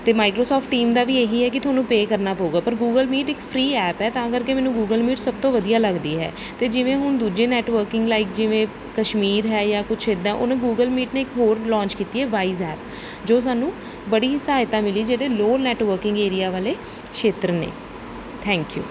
ਅਤੇ Microsoft team ਦਾ ਵੀ ਇਹ ਹੀ ਹੈ ਕਿ ਤੁਹਾਨੂੰ ਪੇ ਕਰਨਾ ਪਊਗਾ ਪਰ ਗੂਗਲ ਮੀਟ ਇੱਕ ਫ੍ਰੀ ਐਪ ਹੈ ਤਾਂ ਕਰਕੇ ਮੈਨੂੰ ਗੂਗਲ ਮੀਟ ਸਭ ਤੋਂ ਵਧੀਆ ਲੱਗਦੀ ਹੈ ਅਤੇ ਜਿਵੇਂ ਹੁਣ ਦੂਜੇ ਨੈੱਟਵਰਕਿੰਗ ਲਾਈਕ ਜਿਵੇਂ ਕਸ਼ਮੀਰ ਹੈ ਜਾਂ ਕੁਛ ਏਦਾਂ ਉਹਨੂੰ ਗੂਗਲ ਮੀਟ ਨੇ ਇੱਕ ਹੋਰ ਲੋਂਚ ਕੀਤੀ ਹੈ ਵਾਈਜ਼ ਐਪ ਜੋ ਸਾਨੂੰ ਬੜੀ ਸਹਾਇਤਾ ਮਿਲੀ ਜਿਹੜੇ ਲੋਅ ਨੈੱਟਵਰਕਿੰਗ ਏਰੀਆ ਵਾਲੇ ਖੇਤਰ ਨੇ ਥੈਂਕ ਯੂ